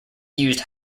used